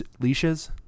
leashes